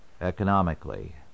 economically